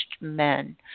men